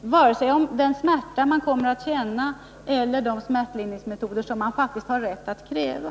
vare sig den smärta man kommer att känna eller de smärtlindringsmetoder som man har rätt att kräva.